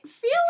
feel